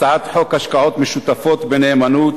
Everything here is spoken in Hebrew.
הצעת חוק השקעות משותפות בנאמנות